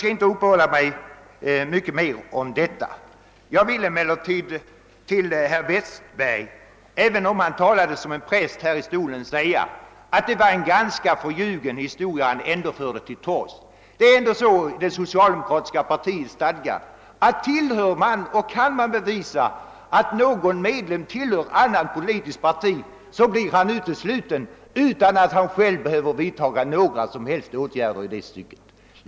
Till herr Westberg i Ljusdal vill jag säga, att även om han talade som en präst här i talarstolen var det en ganska förljugen historia han förde till torgs. Kan man bevisa att någon medlem tillhör något annat politiskt parti, blir han utesluten utan att själv behöva vidta några som helst åtgärder i det stycket.